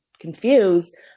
confused